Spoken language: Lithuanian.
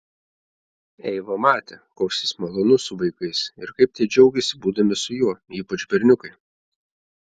eiva matė koks jis malonus su vaikais ir kaip tie džiaugiasi būdami su juo ypač berniukai